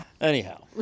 Anyhow